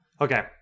Okay